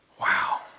Wow